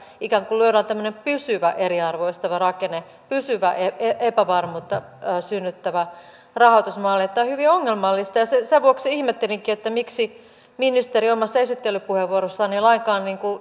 ikään kuin lyödään tämmöinen pysyvä eriarvoistava rakenne pysyvä epävarmuutta synnyttävä rahoitusmalli tämä on hyvin ongelmallista ja sen sen vuoksi ihmettelinkin miksi ministeri omassa esittelypuheenvuorossaan ei lainkaan